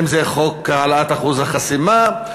אם חוק העלאת אחוז החסימה,